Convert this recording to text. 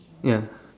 ya